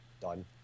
done